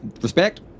respect